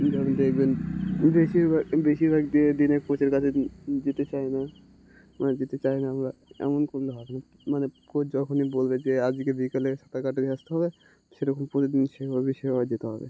যেমন দেখবেন বেশিরভাগ বেশিরভাগ দিয়ে দিনের কোচের কাছে যেতে চাই না মানে যেতে চাই না আমরা এমন করলে হবে না মানে কোচ যখনই বলবে যে আজকে বিকালে সাঁতার কাটতে আসতে হবে সেরকম প্রতিদিন সেভাবে বেশিরভাগ যেতে হবে